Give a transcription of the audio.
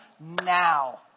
now